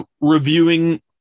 reviewing